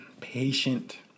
patient